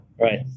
Right